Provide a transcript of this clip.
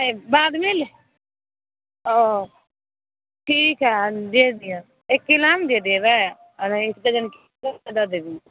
बादमे ओ ठीक है भेज दिअ एक किलो आम दे देबै आ एक दर्जन केला दे देबै